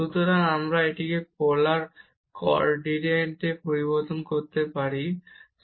সুতরাং আমরা এটিকে পোলার করডিনেটে পরিবর্তন করতে পারি যা সহজ